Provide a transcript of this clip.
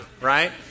right